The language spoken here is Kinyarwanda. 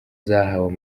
zahawe